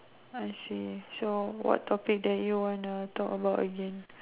I see so what topic that you want to talk about again